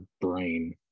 brain